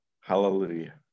Hallelujah